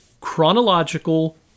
chronological